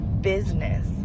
business